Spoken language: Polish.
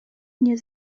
nie